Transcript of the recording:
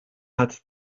hat